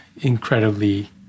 incredibly